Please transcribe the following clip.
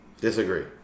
Disagree